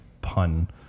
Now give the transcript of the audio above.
pun